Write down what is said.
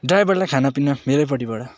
ड्राइभरलाई खानापिना मेरैपट्टिबाट